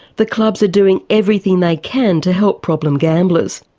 the clubs are doing everything they can to help problem gamblers.